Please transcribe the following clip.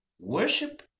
worship